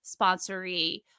sponsory